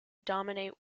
dominate